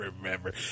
remember